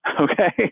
Okay